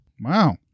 Wow